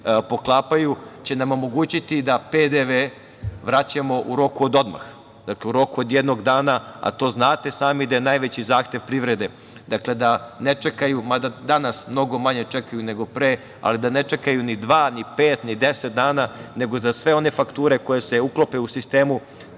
poklapaju, će nam omogućiti da PDV vraćamo u roku od odmah. Dakle, u roku od jednog dana, a to znate sami da je najveći zahtev privrede. Dakle, da ne čekaju, mada danas mnogo manje čekaju nego pre, ali da ne čekaju ni dva ni pet, ni deset dana, nego za sve one fakture koje se uklope u sistemu